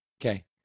Okay